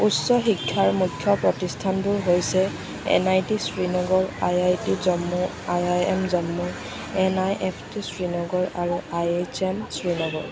উচ্চ শিক্ষাৰ মুখ্য প্ৰতিষ্ঠানবোৰ হৈছে N I T Srinagar I I T Jammu I I M Jammu N I F T Srinagar আৰু আই এইচ এম শ্ৰীনগৰ